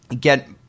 get